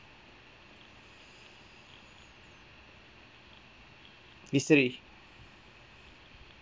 history